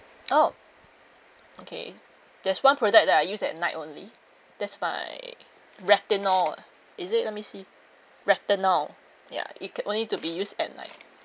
oh okay there's one product that I use at night only this by retinol is it let me see retinol ya it could only to be used at night